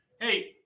Hey